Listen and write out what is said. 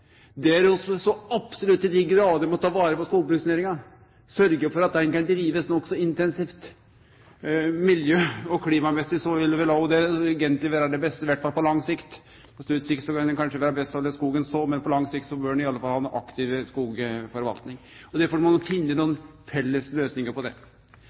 så absolutt – til dei grader – må ta vare på skogbruksnæringa, sørgje for at ho kan drivast nokså intensivt. Miljømessig og klimamessig vil vel det eigenleg vere det beste, i alle fall på lang sikt. På kort sikt kan det kanskje vere best å la skogen stå, men på lang sikt bør ein i alle fall ha ei aktiv skogforvalting. Derfor må ein finne felles løysingar på det.